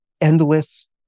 endless